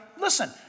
listen